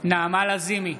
נעמה לזימי,